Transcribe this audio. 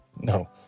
No